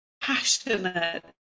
passionate